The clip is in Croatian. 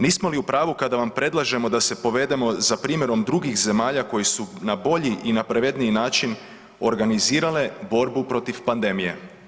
Nismo li u pravu kada vam predlažemo da se povedemo za primjerom drugih zemalja koji su na bolji i na pravedniji način organizirale borbu protiv pandemije?